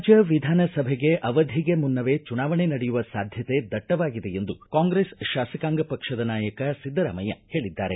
ರಾಜ್ವ ವಿಧಾನಸಭೆಗೆ ಅವಧಿಗೆ ಮುನ್ನವೇ ಚುನಾವಣೆ ನಡೆಯುವ ಸಾಧ್ಯತೆ ದಟ್ಷವಾಗಿದೆ ಎಂದು ಕಾಂಗ್ರೆಸ್ ಶಾಸಕಾಂಗ ಪಕ್ಷದ ನಾಯಕ ಸಿದ್ದರಾಮಯ್ಕ ಹೇಳಿದ್ದಾರೆ